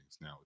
now